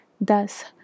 Thus